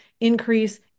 increase